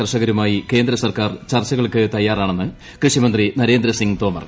കർഷകരുമായി കേന്ദ്ര സർക്കാർ ചർച്ചകൾക്ക് തയ്യാറാണെന്ന് കൃഷിമന്ത്രി ്ന്റർപ്പ്രദ്ദ്സിംഗ് തോമർ